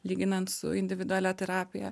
lyginant su individualia terapija